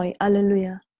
hallelujah